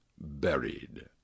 buried